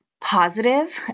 positive